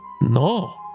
No